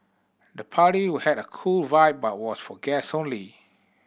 the party had a cool vibe but was for guest only